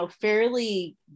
fairly